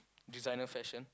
designer fashion